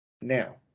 Now